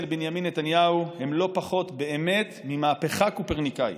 בנימין נתניהו הם באמת לא פחות ממהפכה קופרניקאית.